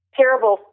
terrible